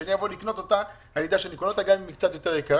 וכשאני אבוא לקנות אותה אני יודע שאקנה אותה גם אם היא קצת יותר יקרה,